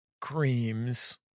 creams